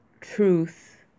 truth